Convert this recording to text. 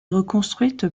reconstruite